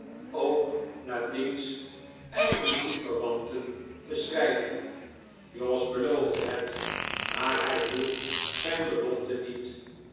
ook naar diens eigen bloedverwanten te schrijven jos beloofde het maar hij hield zijn belofte niet